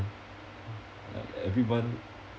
ya everyone